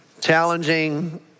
challenging